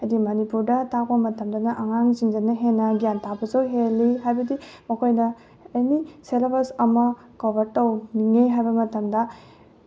ꯍꯥꯏꯗꯤ ꯃꯅꯤꯄꯨꯔꯗ ꯇꯥꯛꯄ ꯃꯇꯝꯗꯅ ꯑꯉꯥꯡꯁꯤꯡꯗꯅ ꯍꯦꯟꯅ ꯒ꯭ꯌꯥꯟ ꯇꯥꯕꯁꯨ ꯍꯦꯜꯂꯤ ꯍꯥꯏꯕꯗꯤ ꯃꯈꯣꯏꯗ ꯑꯦꯅꯤ ꯁꯦꯂꯦꯕꯁ ꯑꯃ ꯀꯣꯕꯔ ꯇꯧꯅꯤꯡꯉꯦ ꯍꯥꯏꯕ ꯃꯇꯝꯗ